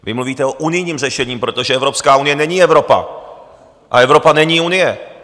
Vy mluvíte o unijním řešení, protože Evropská unie není Evropa a Evropa není Unie.